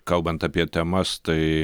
kalbant apie temas tai